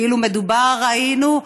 כאילו מדובר, ראינו,